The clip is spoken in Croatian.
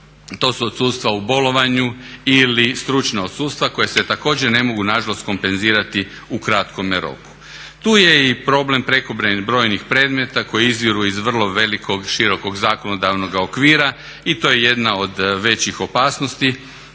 To su odsustva u bolovanju ili stručna odsustva koja se također ne mogu nažalost kompenzirati u kratkome roku. Tu je i problem prekobrojnih predmeta koji izviru iz vrlo velikog, širokog zakonodavnog okvira i to je jedna od većih opasnosti,